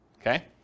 okay